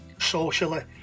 socially